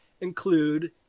include